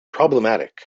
problematic